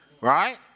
right